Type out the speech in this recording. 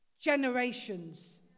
generations